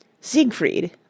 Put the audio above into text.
Siegfried